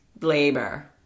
labor